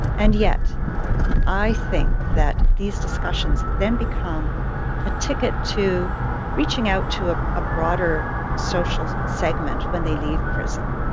and yet i think that these discussions then become a ticket to reaching out to a ah broader broader social segment when they leave prison.